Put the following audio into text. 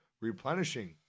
replenishing